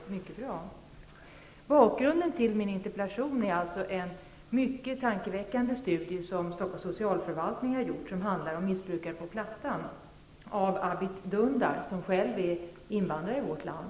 Bakgrunden till min interpellation är en mycket tankeväckande studie som Stockholms socialförvaltning har gjort och som handlar om missbrukare på Plattan. Bakom studien står Abit Dundar, som själv är invandrare i vårt land.